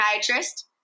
psychiatrist